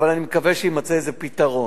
אבל אני מקווה שיימצא איזה פתרון.